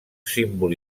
símbol